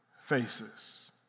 faces